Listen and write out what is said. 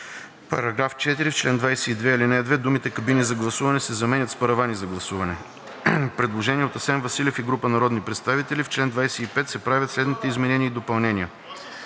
§ 4: „§ 4. В чл. 22, ал. 2 думите „кабини за гласуване“ се заменят с „паравани за гласуване“.“ Предложение от Асен Василев и група народни представители. „В чл. 25 се правят следните изменения и допълнения: